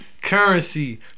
Currency